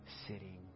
sitting